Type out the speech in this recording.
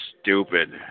stupid